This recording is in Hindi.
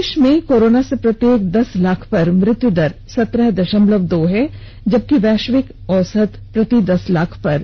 देश में कोरोना से प्रत्येक दस लाख पर मृत्यु दर संत्रह दशमलव दो है जबकि वैश्विक औसत प्रति दस लाख पर तिहत्तर है